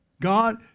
God